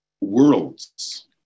worlds